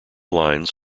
lines